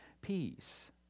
peace